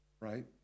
right